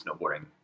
snowboarding